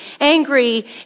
angry